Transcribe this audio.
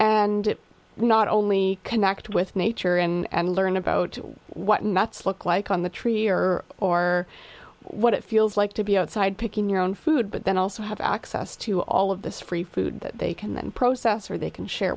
and not only connect with nature and learn about what nuts look like on the tree or or what it feels like to be outside picking your own food but then also have access to all of this free food that they can then process or they can